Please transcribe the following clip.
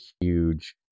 huge